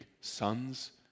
sons